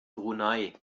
brunei